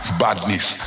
badness